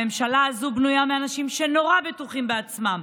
הממשלה הזאת בנויה מאנשים שנורא בטוחים בעצמם,